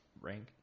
Rank